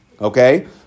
Okay